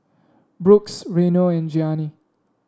Brooks Reino and Gianni